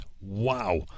Wow